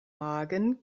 magen